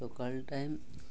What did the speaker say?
ସକାଳ ଟାଇମ୍